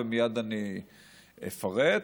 ומייד אפרט,